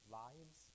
lives